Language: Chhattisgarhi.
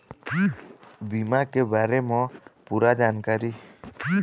बीमा के बारे म पूरा जानकारी?